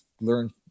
learn